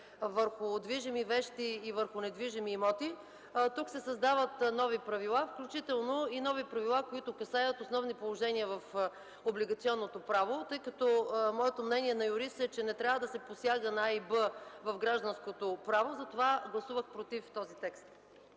върху движими вещи и върху недвижими имоти, тук се създават нови правила, включително и нови правила, които касаят основни положения в облигационното право. Тъй като моето мнение на юрист е, че не трябва да се посяга на А и Б в гражданското право, затова гласувах „против” този текст.